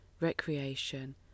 recreation